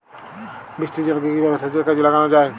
বৃষ্টির জলকে কিভাবে সেচের কাজে লাগানো যায়?